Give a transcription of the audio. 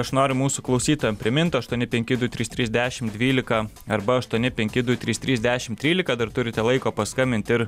aš noriu mūsų klausytojam primint aštuoni penki du trys trys dešim dvylika arba aštuoni penki du trys trys dešim trylika dar turite laiko paskambinti ir